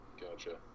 Gotcha